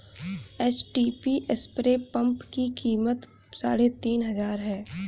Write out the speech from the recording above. HTP spray pump की कीमत साढ़े तीन हजार है